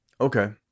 Okay